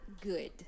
good